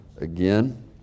again